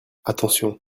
attention